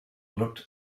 looked